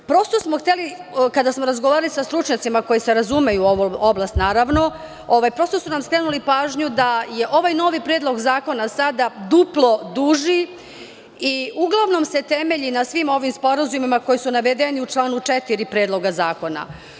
Prosto smo hteli kada smo razgovarali sa stručnjacima koji se razumeju u ovu oblast, prosto su nam skrenuli pažnju da je ovaj novi predlog zakona sada duplo duži i uglavnom se temelji na svim ovim sporazumima koji su navedeni u članu 4. Predloga zakona.